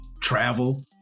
travel